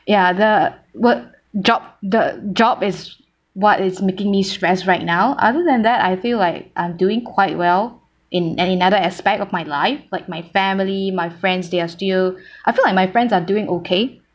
ya the word job the job is what is making me stressed right now other than that I feel like I'm doing quite well in and in other aspect of my life like my family my friends they are still I feel like my friends are doing okay